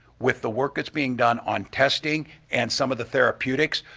with the work that's being done on testing and some of the therapeutics,